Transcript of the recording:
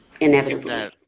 inevitably